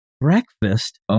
breakfast